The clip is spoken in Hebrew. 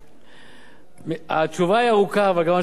התשובה היא ארוכה וגם התשובה היא תשובה היסטורית,